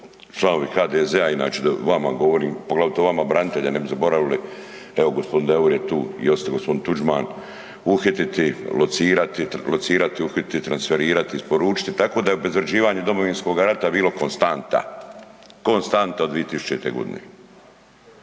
članovi HDZ-a inače vama govorim, poglavito vama braniteljima, evo g. Davor je tu i ostao g. Tuđman, „locirati, uhititi, transferirati, isporučiti“, tako da je obezvrjeđivanje Domovinskoga rata bilo konstanta, konstanta od 2000. godine.